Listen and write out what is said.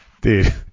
Dude